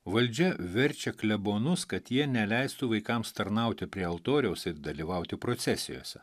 valdžia verčia klebonus kad jie neleistų vaikams tarnauti prie altoriaus ir dalyvauti procesijose